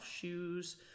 shoes